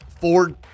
Ford